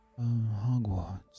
Hogwarts